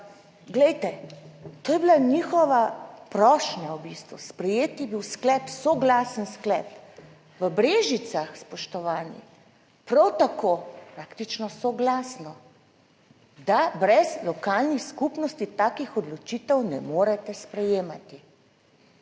glejte, to je bila njihova prošnja, v bistvu sprejet je bil sklep, soglasen sklep v Brežicah, spoštovani, prav tako praktično soglasno, da brez lokalnih skupnosti takih odločitev ne morete sprejemati